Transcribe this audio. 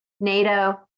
NATO